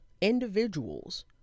individuals